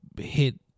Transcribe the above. Hit